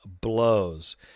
blows